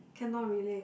cannot relate